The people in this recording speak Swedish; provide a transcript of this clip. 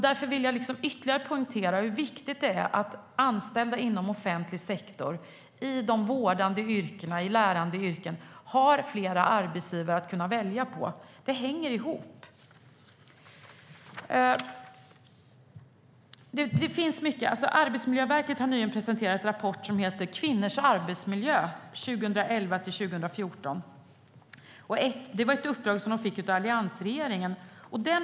Därför vill jag ytterligare poängtera hur viktigt det är att anställda inom offentlig sektor, i vårdande och lärande yrken, har flera arbetsgivare att välja mellan. Det hänger ihop.. Det var ett uppdrag som de fick av alliansregeringen.